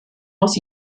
aus